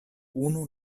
unu